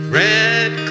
red